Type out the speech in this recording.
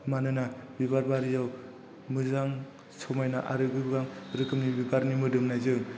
मानोना बिबार बारियाव मोजां समायना आरो गोबां रोखोमनि बिबारनि मोदोमनायजों